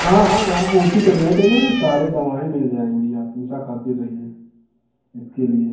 हाँ हाँ आपको उचित रेट में सारे दवाएँ मिल जाएंगी आप हमेशा खाते रहिए इसके लिए